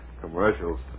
commercials